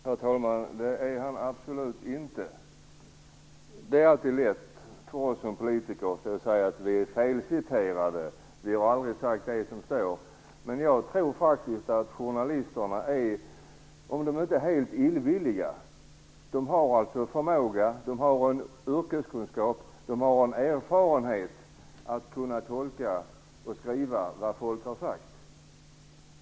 Herr talman! Det är jag absolut inte. Det är alltid lätt för oss politiker att säga att vi är felciterade, att vi aldrig har sagt det som skrivs. Men jag tror faktiskt att journalisterna, om de inte är helt illvilliga, har en förmåga, en yrkeskunskap och att de har erfarenhet av att skriva vad människor har sagt.